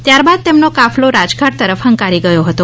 ત્યારબાદ તેમનો કાફલો રાજઘાટ તરફ હંકારી ગયો હતો